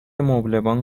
مبلمان